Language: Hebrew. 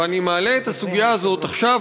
ואני מעלה את הסוגיה הזאת עכשיו,